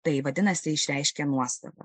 tai vadinasi išreiškia nuostabą